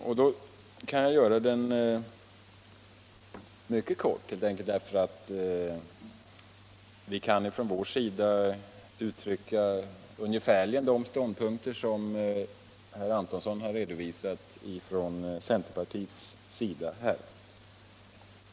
Och jag kan göra den mycket kort, helt enkelt därför att vi från vår sida kan uttrycka ungefärligen de ståndpunkter som herr Antonsson redovisat för centerpartiets del.